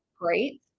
great